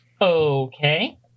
Okay